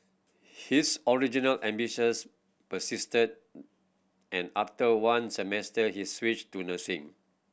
his original ambitions persisted and after one semester he switched to nursing